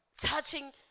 touching